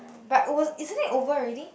but is isn't it over already